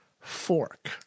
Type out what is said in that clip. fork